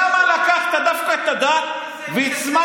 למה לקחת דווקא את הדת והצמדת?